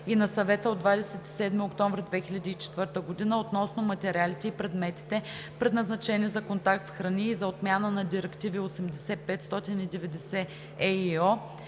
и на Съвета от 27 октомври 2004 г. относно материалите и предметите, предназначени за контакт с храни и за отмяна на директиви 80/590/ЕИО